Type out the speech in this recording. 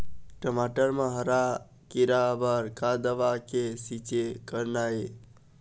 टमाटर म हरा किरा बर का दवा के छींचे करना ये?